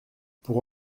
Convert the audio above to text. pour